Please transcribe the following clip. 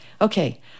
Okay